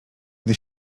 gdy